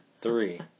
Three